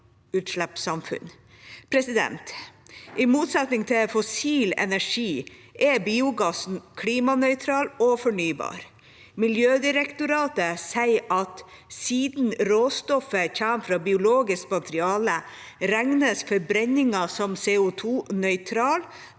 I motsetning til fossil energi er biogassen klimanøytral og fornybar. Miljødirektoratet sier at siden råstoffet kommer fra biologisk materiale, regnes forbrenningen som CO2-nøytral